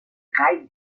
jay